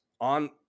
on